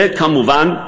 וכמובן,